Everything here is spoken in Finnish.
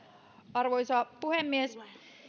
arvoisa puhemies